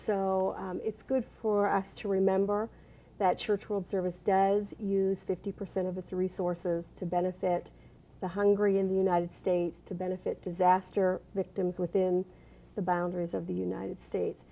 so it's good for us to remember that church world service does use fifty percent of its resources to benefit the hungry in the united states to benefit disaster victims within the boundaries of the united states